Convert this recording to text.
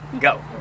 go